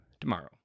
tomorrow